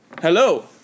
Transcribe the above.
Hello